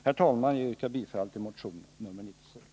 Herr talman! Jag yrkar bifall till motion nr 96.